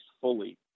fully